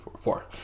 four